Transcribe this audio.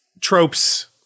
tropes